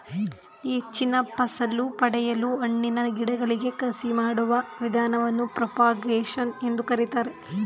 ಹೆಚ್ಚಿನ ಫಸಲು ಪಡೆಯಲು ಹಣ್ಣಿನ ಗಿಡಗಳಿಗೆ ಕಸಿ ಮಾಡುವ ವಿಧಾನವನ್ನು ಪ್ರೋಪಾಗೇಶನ್ ಎಂದು ಕರಿತಾರೆ